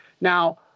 Now